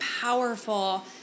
powerful